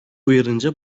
uyarınca